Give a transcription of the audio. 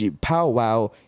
Powwow